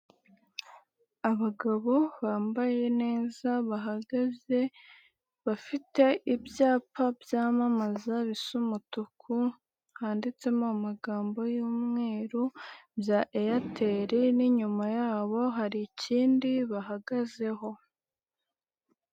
Abagabo bambaye neza bahagaze bafite ibyapa byamamaza bisa umutuku, handitsemo amagambo y'umweru bya Airtel n'inyuma yabo hari ikindi bahagazeho.